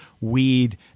weed